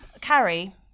Carrie